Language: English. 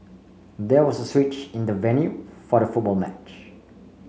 there was a switch in the venue for the football match